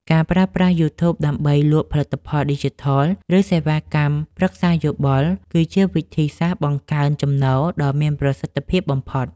ការប្រើប្រាស់ យូធូប ដើម្បីលក់ផលិតផលឌីជីថល ឬសេវាកម្មប្រឹក្សាយោបល់ គឺជាវិធីសាស្ត្របង្កើនចំណូលដ៏មានប្រសិទ្ធភាពបំផុត។